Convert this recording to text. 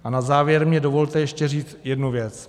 A na závěr mi dovolte ještě říct jednu věc.